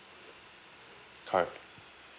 correct